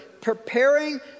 preparing